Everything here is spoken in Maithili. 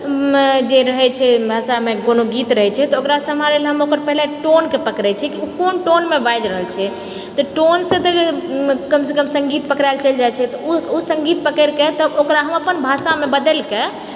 जे रहै छै भाषामे कोनो गीत रहै छै तऽ ओकरा सम्हारै लऽ हम ओकर पहिले टोनके पकड़ै छियै कि ओ कोन टोनमे बाजि रहल छै तऽ टोनसँ तऽ कमसँ कम सङ्गीत पकड़ाएल चलि जाइत छै तऽ ओ सङ्गीत पकड़िके तब ओकरा हम अपन भाषामे बदलि कऽ